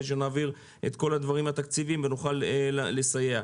שנעביר את כל הדברים התקציביים ושנוכל לסייע.